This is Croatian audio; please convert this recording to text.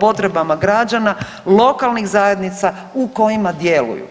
potrebama građana lokalnih zajednica u kojima djeluju.